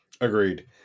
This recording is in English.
Agreed